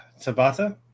Tabata